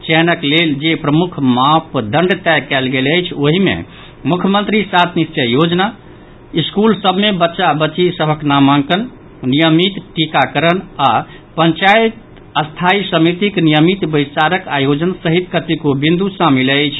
चयनक लेल जे प्रमुख मापदंड तय कयल गेल अछि ओहि मे मुख्यमंत्री सात निश्चय योजना स्कूल सभ मे बच्चा बच्ची सभक नामांकन नियमित टीकाकरण आओर पंचायत स्थायी समितिक नियमित बैसारक आयोजन सहित कतेको बिन्दु शामिल अछि